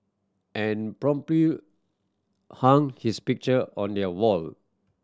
and hung his picture on their wall